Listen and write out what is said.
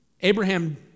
Abraham